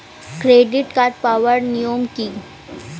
Credit card পাওয়ার নিয়ম কী?